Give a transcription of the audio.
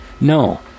No